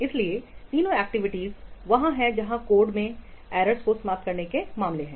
इसलिए 3 गतिविधियां वहां हैं जहां कोड से एरर्स को समाप्त करने के मामले हैं